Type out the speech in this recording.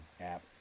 app